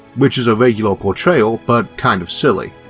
which is a regular portrayal but kind of silly,